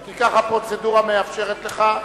כי כך הפרוצדורה מאפשרת לך.